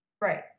Right